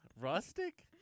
Rustic